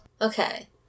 Okay